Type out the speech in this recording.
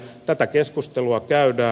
tätä keskustelua käydään